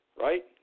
right